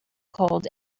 cold